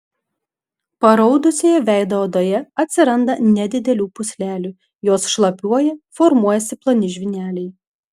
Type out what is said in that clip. paraudusioje veido odoje atsiranda nedidelių pūslelių jos šlapiuoja formuojasi ploni žvyneliai